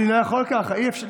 אני לא יכול ככה, אי-אפשר.